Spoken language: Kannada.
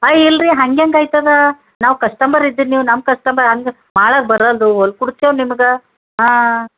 ಐ ಇಲ್ಲಾರಿ ಹಂಗೆಂಗೆ ಐತದ ನಾವು ಕಸ್ಟಮರ್ ಇದ್ದೀರೀ ನೀವು ನಮ್ಮ ಕಸ್ಟಮರ್ ಹಂಗೆ ಮಾಡಕ್ಕೆ ಬರಲ್ದು ಹೊಲ್ಕೊಡ್ತೇವೆ ನಿಮ್ಗೆ ಹಾಂ